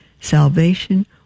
salvation